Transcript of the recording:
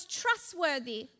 trustworthy